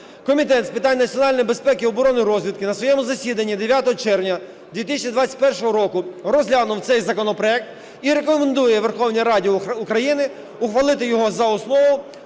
Комітет з питань національної безпеки, оборони та розвідки на своєму засіданні 9 червня 2021 року розглянув цей законопроект і рекомендує Верховній Раді України ухвалити його за основу